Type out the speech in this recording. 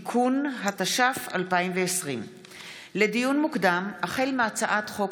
(תיקון), התש"ף 2020. לדיון מוקדם, החל מהצעת חוק